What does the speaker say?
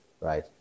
right